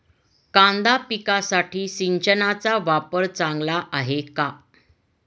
कांदा पिकासाठी सिंचनाचा वापर चांगला आहे का?